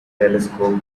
telescope